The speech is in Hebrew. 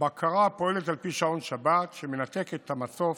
בקרה הפועלת על פי שעון שבת שמנתקת את המצוף